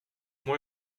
moi